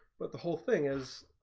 but the whole thing is